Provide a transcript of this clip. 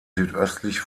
südöstlich